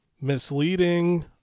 misleading